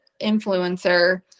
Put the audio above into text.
influencer